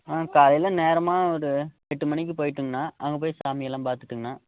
ஆ காலையில நேரமாக ஒரு எட்டு மணிக்கு போயிட்டுங்கண்ணா அங்கே போய் சாமியெல்லாம் பார்த்துட்டுங்ண்ணா